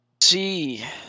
see